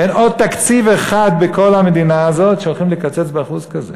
אין עוד תקציב אחד בכל המדינה הזאת שהולכים לקצץ באחוז כזה.